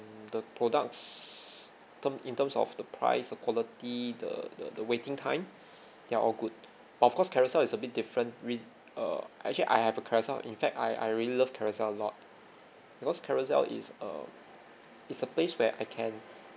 the products term in terms of the price the quality the the the waiting time they're all good of course Carousell is a bit different re~ uh actually I have a Carousell in fact I I really love Carousell a lot because Carousell is a is a place where I can